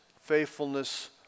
faithfulness